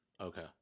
okay